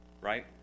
Right